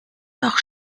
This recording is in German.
doch